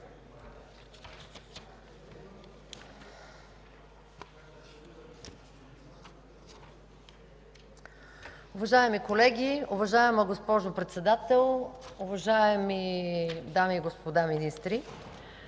Уважаеми колеги, уважаема госпожо Председател, уважаеми дами и господа министри!